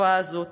התופעה הזאת.